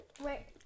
Wait